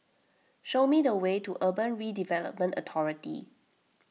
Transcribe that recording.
show me the way to Urban Redevelopment Authority